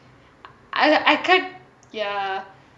I I cut ya